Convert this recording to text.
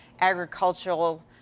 agricultural